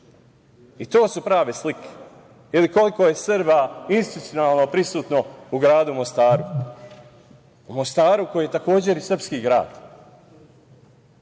to su prave slike, ili koliko je Srba institucionalno prisutno u gradu Mostaru, u Mostaru koji je takođe srpski